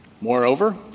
Moreover